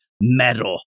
metal